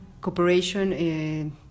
Cooperation